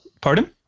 Pardon